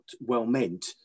well-meant